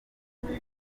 mbwira